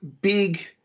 big